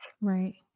Right